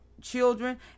children